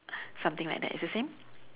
something like that it's the same